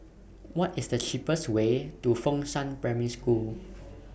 What IS The cheapest Way to Fengshan Primary School